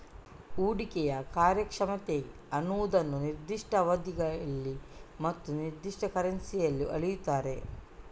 ಹೂಡಿಕೆಯ ಕಾರ್ಯಕ್ಷಮತೆ ಅನ್ನುದನ್ನ ನಿರ್ದಿಷ್ಟ ಅವಧಿಯಲ್ಲಿ ಮತ್ತು ನಿರ್ದಿಷ್ಟ ಕರೆನ್ಸಿಯಲ್ಲಿ ಅಳೀತಾರೆ